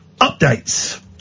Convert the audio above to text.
updates